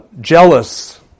jealous